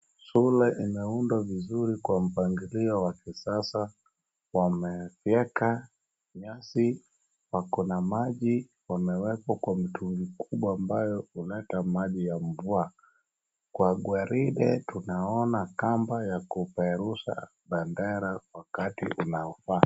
Shule imeundwa vizuri kwa mpangilio wa kisasa wamefyeka nyasi. Wako na maji wamewekwa kwa mitungi kubwa ambayo huleta maji ya mvua. Kwa ngwarinde tunaona kamba ya kupeperusha bendera wakati unaofaa.